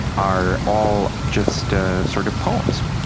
are all just ah sort of poems.